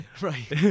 Right